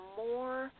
more